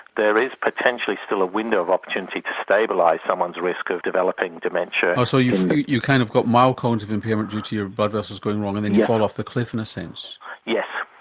there is potentially still a window of opportunity to stabilise someone's risk of developing dementia. so you've kind of got mild cognitive impairment due to your blood vessels going wrong and then you fall and off the cliff, in a sense. yeah